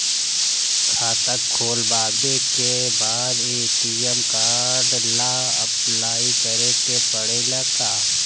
खाता खोलबाबे के बाद ए.टी.एम कार्ड ला अपलाई करे के पड़ेले का?